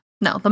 No